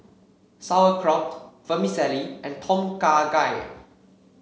Sauerkraut Vermicelli and Tom Kha Gai